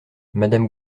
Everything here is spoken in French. madame